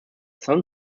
san